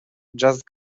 just